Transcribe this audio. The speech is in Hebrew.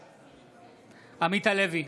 בעד עמית הלוי,